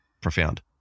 profound